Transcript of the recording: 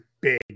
big